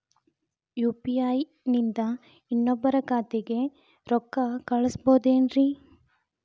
UPI ನಿಂದ ಇನ್ನೊಬ್ರ ಖಾತೆಗೆ ರೊಕ್ಕ ಕಳ್ಸಬಹುದೇನ್ರಿ?